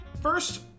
First